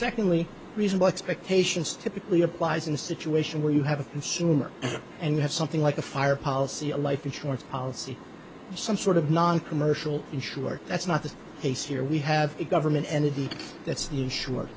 secondly reasonable expectations typically applies in a situation where you have a consumer and you have something like a fire policy a life insurance policy some sort of noncommercial insurer that's not the case here we have a government entity that's the insure